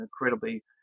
incredibly